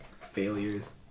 Failures